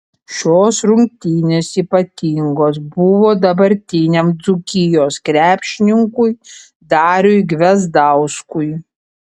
šios rungtynės ypatingos buvo dabartiniam dzūkijos krepšininkui dariui gvezdauskui